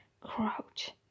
Crouch